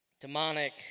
Demonic